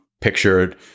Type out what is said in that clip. pictured